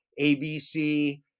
ABC